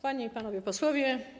Panie i Panowie Posłowie!